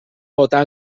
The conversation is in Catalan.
votar